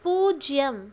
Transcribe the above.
பூஜ்யம்